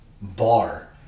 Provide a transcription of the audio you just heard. bar